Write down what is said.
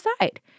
side